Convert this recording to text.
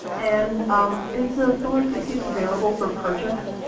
and um is the solar suitcase available for purchase?